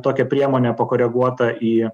tokią priemonę pakoreguotą į